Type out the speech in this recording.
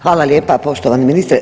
Hvala lijepa poštovani ministre.